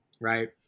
Right